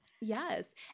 Yes